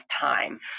time